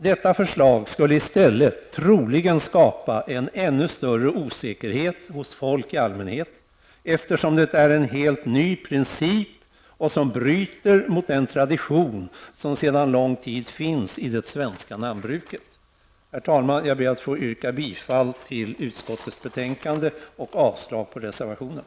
Detta förslag skulle i stället troligen skapa en ännu större osäkerhet hos folk i allmänhet, eftersom det är en helt ny princip som bryter mot den tradition som sedan lång tid finns i det svenska namnbruket. Herr talman! Jag ber att få yrka bifall till utskottets hemställan och avslag på reservationen.